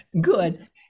good